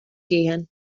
gehen